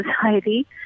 society